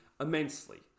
immensely